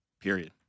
Period